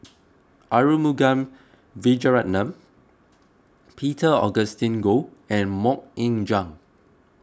Arumugam Vijiaratnam Peter Augustine Goh and Mok Ying Jang